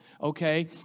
Okay